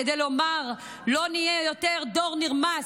כדי לומר: לא נהיה יותר דור נרמס,